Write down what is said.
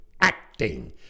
acting